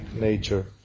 nature